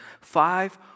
five